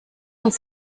uns